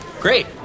Great